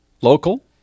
local